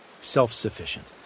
self-sufficient